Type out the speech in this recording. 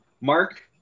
Mark